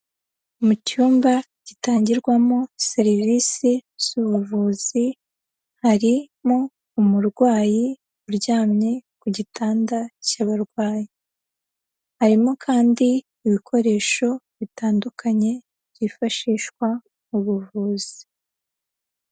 Mu cyumba gitangirwamo serivise z'ubuvuzi, harimo umurwayi uryamye ku gitanda cy'abarwayi, harimo kandi ibikoresho bitandukanye byifashishwa mu buvuzi.